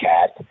Cat